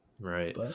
Right